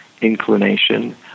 inclination